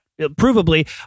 provably